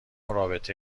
رابطه